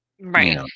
Right